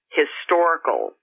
historical